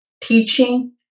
teaching